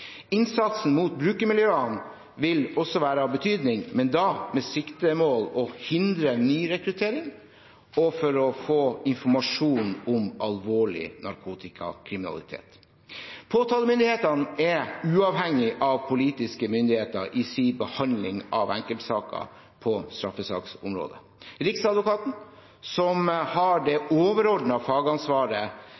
Innsatsen mot brukermiljøene vil også være av betydning, men da med siktemål å hindre nyrekruttering og å få informasjon om alvorlig narkotikakriminalitet. Påtalemyndigheten er uavhengig av politiske myndigheter i sin behandling av enkeltsaker på straffesaksområdet. Riksadvokaten, som har det